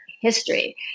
history